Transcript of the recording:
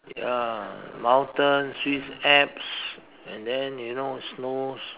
uh mountain Swiss Alps and then you know snows